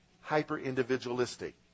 hyper-individualistic